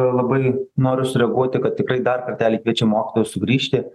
labai noriu sureaguoti kad tikrai dar kartelį kviečiam mokytojus sugrįžti